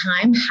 time